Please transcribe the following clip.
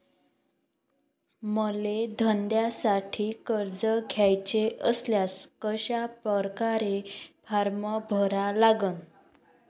मले धंद्यासाठी कर्ज घ्याचे असल्यास कशा परकारे फारम भरा लागन?